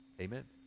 Amen